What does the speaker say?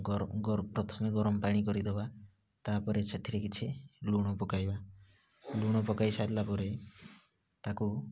ପ୍ରଥମେ ଗରମ ପାଣି କରିଦବା ତାପରେ ସେଥିରେ କିଛି ଲୁଣ ପକାଇବା ଲୁଣ ପକାଇ ସାରିଲାପରେ ତାକୁ